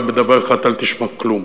רק בדבר אחד אל תשמע כלום.